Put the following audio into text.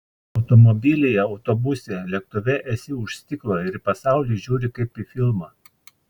automobilyje autobuse lėktuve esi už stiklo ir į pasaulį žiūri kaip į filmą